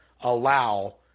allow